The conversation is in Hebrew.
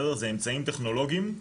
זה אמצעים טכנולוגיים,